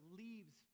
leaves